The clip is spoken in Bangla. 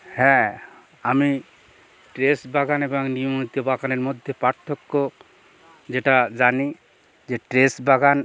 হ্যাঁ আমি টেরেস বাগান এবং নিয়মিত বাগানের মধ্যে পার্থক্য যেটা জানি যে টেরেস বাগান